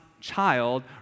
child